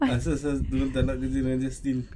dia tak nak deal dengan justin